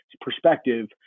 perspective